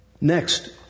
Next